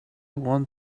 want